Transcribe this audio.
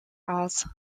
aus